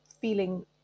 feeling